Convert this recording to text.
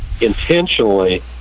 intentionally